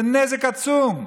זה נזק עצום.